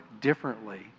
differently